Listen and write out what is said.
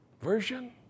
version